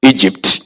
Egypt